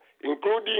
including